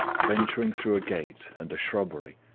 venturing through a gate and a shrubbery,